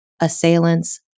assailants